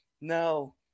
no